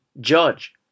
Judge